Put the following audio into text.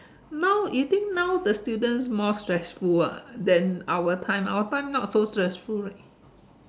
now you think now the student more stressful ah than our time our time not so stressful right